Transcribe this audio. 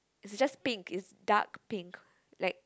it's just pink it's dark pink like